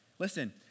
Listen